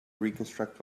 reconstruct